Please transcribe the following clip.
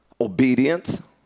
obedience